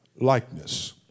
likeness